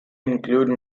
include